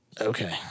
Okay